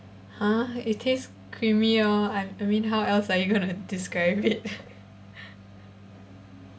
!huh! it taste creamy lor I I mean how else are you gonna describe it